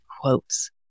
quotes